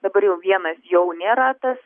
dabar jau vienas jau nėra tas